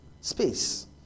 space